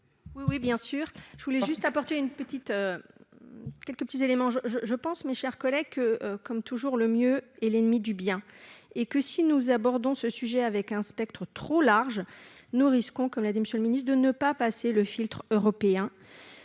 ? Non, je vais le retirer, madame la présidente. Je pense, mes chers collègues, que, comme toujours, le mieux est l'ennemi du bien, et que si nous abordons ce sujet avec un spectre trop large, nous risquons, ainsi que l'a dit M. le ministre, de ne pas passer le filtre européen.